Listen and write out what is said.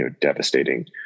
devastating